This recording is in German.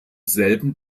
selben